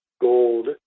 gold